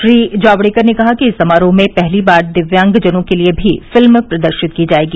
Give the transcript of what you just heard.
श्री जावडेकर ने कहा कि इस समारोह में पहली बार दिव्यांगजनों के लिए भी फिल्म प्रदर्शित की जायेगी